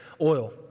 oil